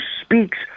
speaks